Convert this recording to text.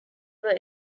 were